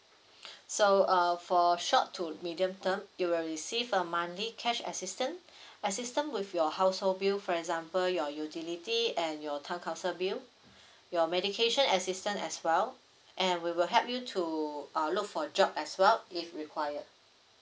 so uh for short to medium term you will receive a monthly cash assistance assistance with your household bill for example your utility and your town council bill your medication assistance as well and we will help you to uh look for job as well if required